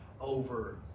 over